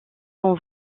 son